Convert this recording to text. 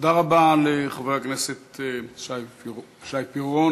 תודה רבה לחבר הכנסת שי פירון.